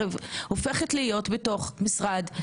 הופכת להיות בתוך המשרד?